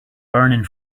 burning